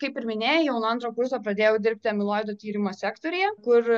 kaip ir minėjau nuo antro kurso pradėjau dirbti amiloidų tyrimo sektoriuje kur